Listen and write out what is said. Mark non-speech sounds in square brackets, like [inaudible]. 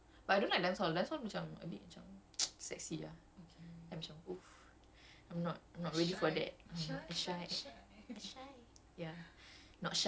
then hakim also teaches like um dance fall but I don't like dance fall dance fall macam a bit macam [noise] sexy ah I macam !oof!